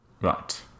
Right